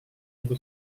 ibu